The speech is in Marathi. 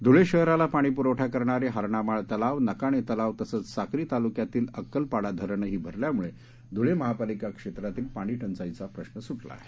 धुळे शहराला पाणी पुरवठा करणारे हरणामाळ तलाव नकाणे तलाव तसेच साक्री तालुक्यातील अक्कलपाडा धरणही भरल्यामुळे धुळे महापालिका हद्दीतील पाणी टंचाईचा प्रश्नड सुटला आहे